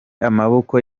amaboko